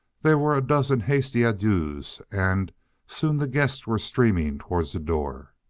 there were a dozen hasty adieus, and soon the guests were streaming towards the doors.